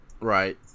Right